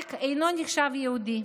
אריק אינו נחשב יהודי,